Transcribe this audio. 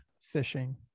fishing